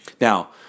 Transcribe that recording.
Now